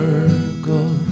Circle